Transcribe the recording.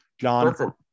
john